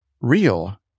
real